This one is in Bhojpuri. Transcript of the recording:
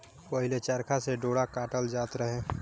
पहिले चरखा से डोरा काटल जात रहे